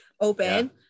open